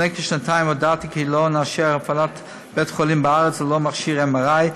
לפני כשנתיים הודעתי כי לא נאשר הפעלת בית חולים בארץ ללא מכשיר MRI,